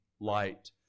light